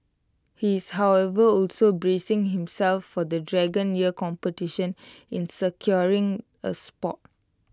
he is however also bracing himself for the dragon year competition in securing A spot